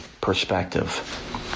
perspective